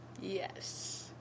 Yes